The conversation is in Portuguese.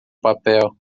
papel